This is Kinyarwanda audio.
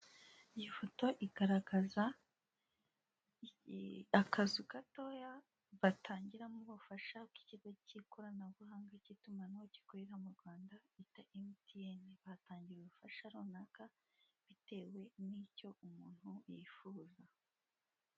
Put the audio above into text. Iyi foto igaragaza akazu gatoya batangiramo ubufasha bw'ikigo k'ikoranabuhanga k'itumanaho gikorera mu Rwanda bita MTN bahatangira ubufasha runaka bitewe n'icyo umuntu yifuza.